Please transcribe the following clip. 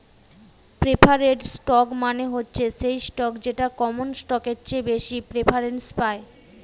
preferred stock মানে হচ্ছে সেই স্টক যেটা কমন স্টকের চেয়ে বেশি প্রেফারেন্স পায়